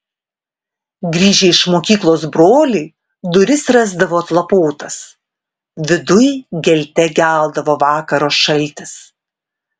grįžę iš mokyklos broliai duris rasdavo atlapotas viduj gelte geldavo vakaro šaltis